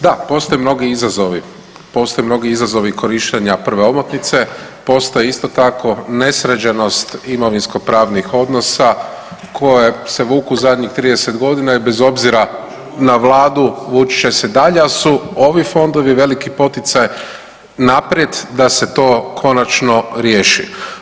Da, postoje mnogi izazovi, postoje mnogi izazovi korištenja prve omotnice, postoje isto tako nesređenost imovinsko pravnih odnosa koje se vuku zadnjih 30 godina i bez obzira na vladu vući će se dalje, ali su ovi fondovi veliki poticaj naprijed da se to konačno riješi.